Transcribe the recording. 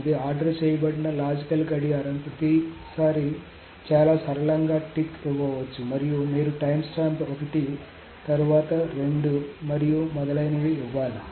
ఇది ఆర్డర్ చేయబడిన లాజికల్ గడియారం ప్రతిసారి చాలా సరళంగా టిక్ ఇవ్వవచ్చు మరియు మీరు టైమ్స్టాంప్ ఒకటి తరువాత రెండు మరియు మొదలైనవి ఇవ్వాలి